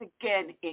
again